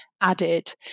added